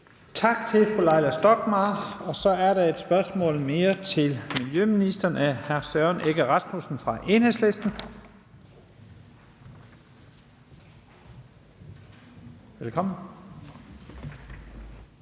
Tak til fru Leila Stockmarr. Så er der et spørgsmål mere til miljøministeren af hr. Søren Egge Rasmussen fra Enhedslisten. Kl.